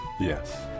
Yes